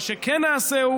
מה שכן נעשה,